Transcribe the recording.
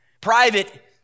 private